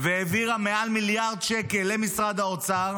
והעבירה מעל מיליארד שקל למשרד האוצר,